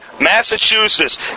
Massachusetts